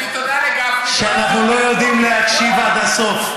שאנחנו לא יודעים להקשיב עד הסוף.